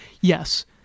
yes